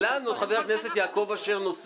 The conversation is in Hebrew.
חבר הכנסת יעקב אשר העלה נושא,